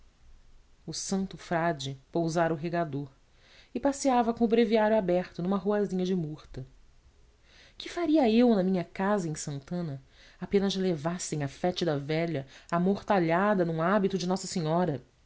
o santo frade pousara o regador e passeava com o breviário aberto numa ruazinha de murta que faria eu na minha casa em santana apenas levassem a fétida velha amortalhada num hábito de nossa senhora